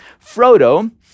Frodo